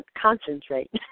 concentrate